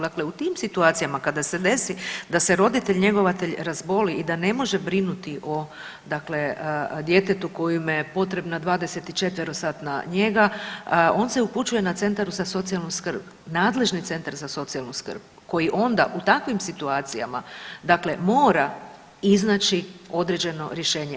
Dakle, u tim situacijama kada se desi da se roditelj njegovatelj razboli i da ne može brinuti o dakle djetetu kojemu je potrebna 24-satna njega on se upućuje na centar za socijalnu skrbi, nadležni centar za socijalnu skrb koji onda u takvim situacijama dakle mora iznaći određeno rješenje.